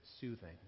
soothing